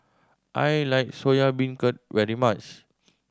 I like Soya Beancurd very much